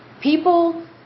People